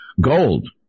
gold